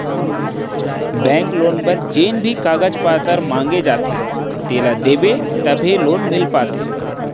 bank loan बर जेन भी कागज पातर मांगे जाथे तेन ल देबे तभे लोन मिल पाथे